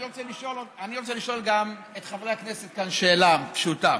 אני רוצה לשאול גם את חברי הכנסת כאן שאלה פשוטה: